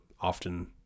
often